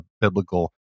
biblical